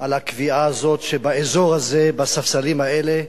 על הקביעה הזאת, שבאזור הזה, בספסלים האלה,